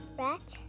rat